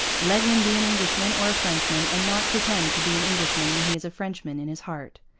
let him be an englishman or a frenchman and not pretend to be an englishman when he is a frenchman in his heart.